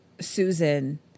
Susan